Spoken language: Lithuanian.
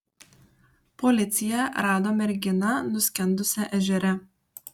policija rado merginą nuskendusią ežere